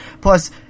Plus